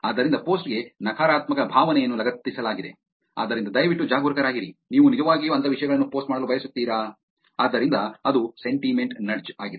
ಆದ್ದರಿಂದ ಪೋಸ್ಟ್ ಗೆ ನಕಾರಾತ್ಮಕ ಭಾವನೆಯನ್ನು ಲಗತ್ತಿಸಲಾಗಿದೆ ಆದ್ದರಿಂದ ದಯವಿಟ್ಟು ಜಾಗರೂಕರಾಗಿರಿ ನೀವು ನಿಜವಾಗಿಯೂ ಅಂತಹ ವಿಷಯಗಳನ್ನು ಪೋಸ್ಟ್ ಮಾಡಲು ಬಯಸುತ್ತೀರಾ ಆದ್ದರಿಂದ ಅದು ಸೆಂಟಿಮೆಂಟ್ ನಡ್ಜ್ ಆಗಿದೆ